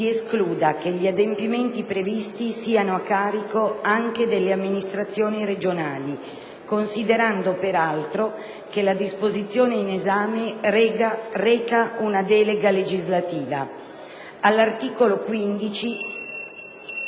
si escluda che gli adempimenti previsti siano a carico anche delle amministrazioni regionali, considerando peraltro che la disposizione in esame reca una delega legislativa; - all'articolo 15,